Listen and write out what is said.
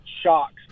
shocks